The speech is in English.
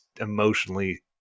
emotionally